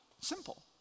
Simple